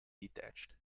detached